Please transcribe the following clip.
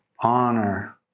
honor